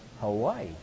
Hawaii